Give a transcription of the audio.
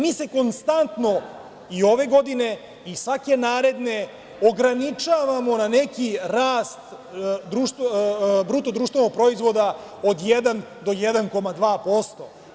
Mi se konstantno, i ove godine, i svake naredne ograničavamo na neki rast BDP od 1 do 1,2%